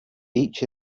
each